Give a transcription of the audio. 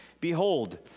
behold